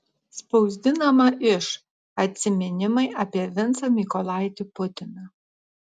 spausdinama iš atsiminimai apie vincą mykolaitį putiną